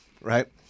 right